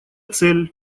цель